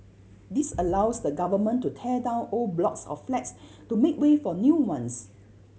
this allows the Government to tear down old blocks of flats to make way for new ones